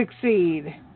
Succeed